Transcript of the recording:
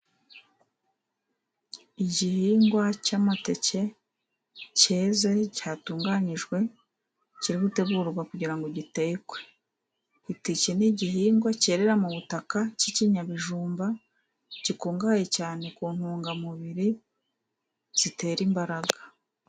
Igihingwa cy'amateke cyeze cyatunganijwe, kirimo gutegurwa kugira ngo gitekwe iteke ni igihingwa cyerera mu butaka cy'ikinyabijumba gikungahaye cyane ku ntungamubiri zitera imbaraga.